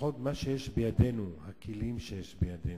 לפחות במה שיש בידינו, בכלים שיש בידינו,